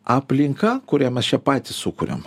aplinka kurią mes čia patys sukuriam